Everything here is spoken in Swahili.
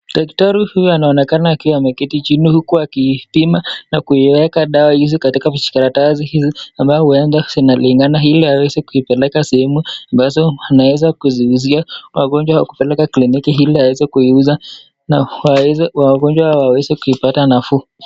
Daktari huyu anaonekana ameketi chini huku akionekana akipima kuweka dawa hizi karatasi ambao huenda zinalingana iliaweze kuipeleka sehemu ambazo anaweza kuziuzia wagonjwa kupeleka kliniki ili aweze kuziuza, na wagonjwa waweze kuipata nafuu.